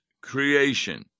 creation